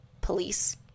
police